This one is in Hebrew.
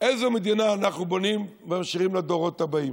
איזו מדינה אנחנו בונים ומשאירים לדורות הבאים?